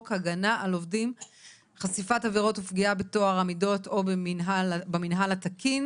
הגנה על עובדים (חשיפת עבירות ופגיעה בטוהר המידות או במינהל התקין)